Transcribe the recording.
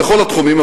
בכל התחומים.